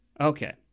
Okay